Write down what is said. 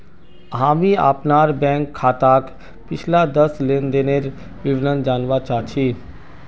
हामी अपनार बैंक खाताक पिछला दस लेनदनेर विवरण जनवा चाह छि